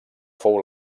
fou